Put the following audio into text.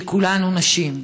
שכולנו, נשים,